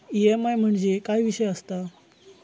EMI म्हणजे काय विषय आसता?